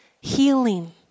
healing